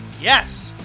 Yes